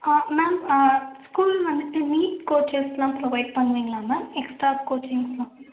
ma'am school வந்துட்டு NEET கோச்சஸ்லாம் provide பண்ணுவிங்களா மேம் எக்ஸ்ட்ரா கோச்சிங்ஸ்லாம்